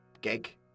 gig